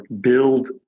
build